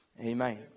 Amen